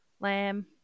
lamb